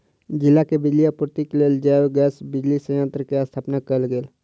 जिला के बिजली आपूर्तिक लेल जैव गैस बिजली संयंत्र के स्थापना कयल गेल